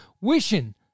Wishing